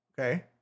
okay